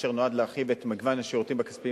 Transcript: אשר נועד להרחיב את מגוון השירותים הכספיים